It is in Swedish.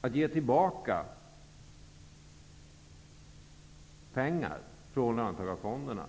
Att ge tillbaka pengar från löntagarfonderna